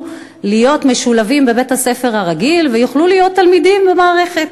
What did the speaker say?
להיות משולבים בבית-ספר רגיל ויוכלו להיות תלמידים במערכת,